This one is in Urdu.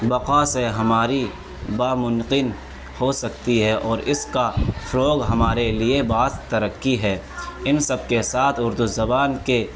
بقا سے ہماری بممکن ہو سکتی ہے اس کا فروغ ہمارے لیے باعث ترقی ہے ان سب کے ساتھ اردو زبان کے